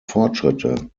fortschritte